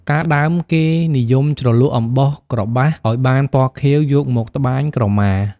កាលដើមគេ និយមជ្រលក់អំបោះក្របាសឱ្យបានពណ៌ខៀវ យកមកត្បាញក្រមា។